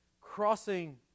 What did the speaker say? crossing